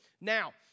Now